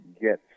get